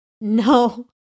No